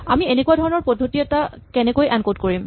আমি এনেকুৱা ধৰণৰ পদ্ধতি এটা কেনেকৈ এনকড কৰিম